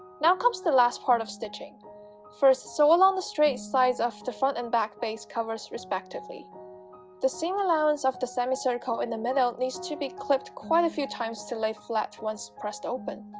now comes the last part of stitching first sew along the straight sides of the front and back base covers respectively the seam allowance of the semicircle in the middle needs to be clipped quite a few times to lay flat once pressed open